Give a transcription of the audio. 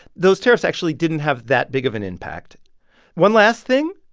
those tariffs actually didn't have that big of an impact one last thing,